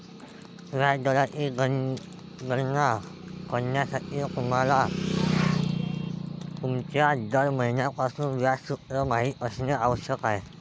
व्याज दराची गणना करण्यासाठी, तुम्हाला तुमचा दर मिळवण्यासाठी व्याज सूत्र माहित असणे आवश्यक आहे